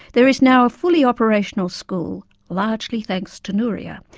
there is now a fully operational school, largely thanks to nouria.